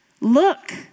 look